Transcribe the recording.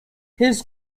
his